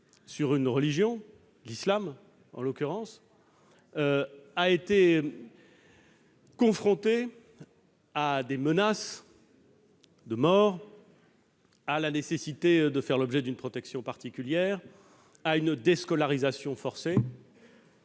sur une religion, l'islam en l'occurrence, a été confrontée à des menaces de mort et, de ce fait, a dû faire l'objet d'une protection particulière et subir une déscolarisation forcée.